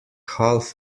half